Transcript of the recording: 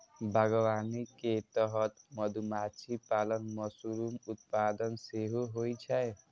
बागवानी के तहत मधुमाछी पालन, मशरूम उत्पादन सेहो होइ छै